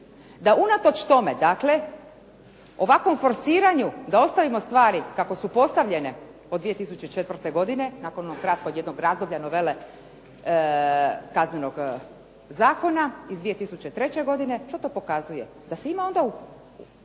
da unatoč tome dakle ovakvom forsiranju da ostavimo stvari kako su postavljene od 2004. godine nakon onog kratkog jednog razdoblja novele Kaznenog zakona iz 2003. godine, što to pokazuje? Da se ima onda u,